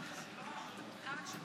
אדוני היושב-ראש,